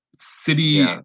city